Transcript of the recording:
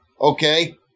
okay